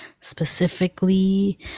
specifically